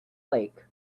lake